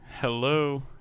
Hello